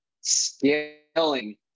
scaling